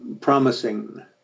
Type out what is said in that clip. promising